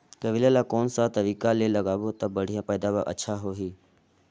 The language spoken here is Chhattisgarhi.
करेला ला कोन सा तरीका ले लगाबो ता बढ़िया पैदावार अच्छा होही?